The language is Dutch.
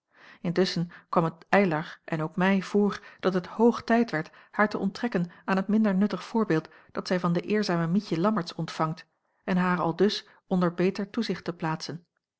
schen kwam het eylar en ook mij voor dat het hoog tijd werd haar te onttrekken aan het minder nuttig voorbeeld dat zij van de eerzame mietje lammertsz ontvangt en haar aldus onder beter toezicht te plaatsen